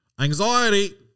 anxiety